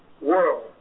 world